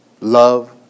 Love